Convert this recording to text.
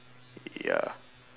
ya